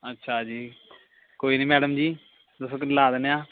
ਅੱਛਾ ਜੀ ਕੋਈ ਨਹੀਂ ਮੈਡਮ ਜੀ ਦੱਸੋ ਤੁਸੀਂ ਲਾ ਦਿੰਦੇ ਹਾਂ